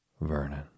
Vernon